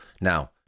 Now